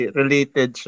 related